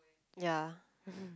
ya